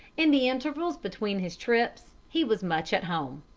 in the intervals between his trips he was much at home.